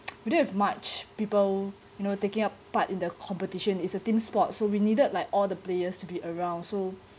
we don't have much people you know taking up part in the competition it's a team sport so we needed like all the players to be around so